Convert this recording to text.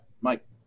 Mike